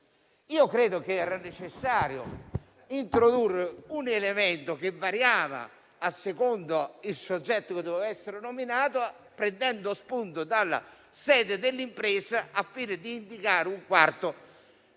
Credo che fosse necessario introdurre un elemento che variasse a seconda del soggetto che doveva essere nominato, prendendo spunto dalla sede dell'impresa, al fine di indicare un quarto membro